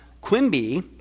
Quimby